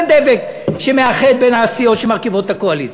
אין דבר שמאחד את הסיעות שמרכיבות את הקואליציה.